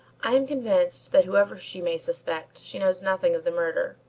i am convinced that, whoever she may suspect, she knows nothing of the murder,